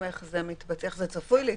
מתריע, מבחינתנו זה אינדיקציה שיש חשד להפרה,